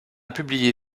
publié